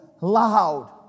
loud